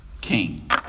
king